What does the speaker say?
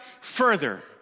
further